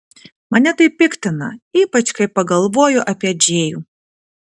mane tai piktina ypač kai pagalvoju apie džėjų